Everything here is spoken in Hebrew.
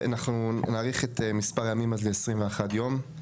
אנחנו נאריך את מספר הימים אז ל-21 יום.